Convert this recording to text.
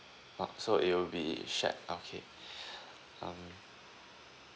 oh so it will be shared okay um